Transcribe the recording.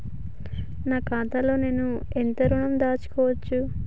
నా ఖాతాలో నేను ఎంత ఋణం దాచుకోవచ్చు?